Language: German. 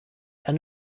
eine